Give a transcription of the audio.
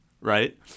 right